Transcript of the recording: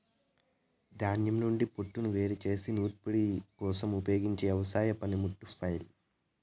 ధాన్యం నుండి పోట్టును వేరు చేసే నూర్పిడి కోసం ఉపయోగించే ఒక వ్యవసాయ పనిముట్టు ఫ్లైల్